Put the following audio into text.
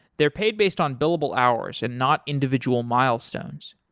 they're paid based on billable hours and not individual milestones.